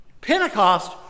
Pentecost